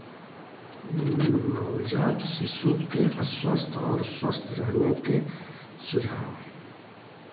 नवजात शिशु के अस्वस्थ और स्वस्थ रहने के सुझाव